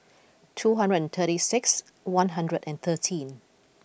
two hundred and thirty six one hundred and thirteen